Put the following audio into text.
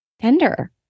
tender